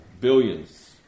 Billions